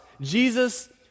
Jesus